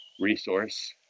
resource